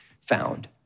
found